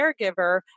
caregiver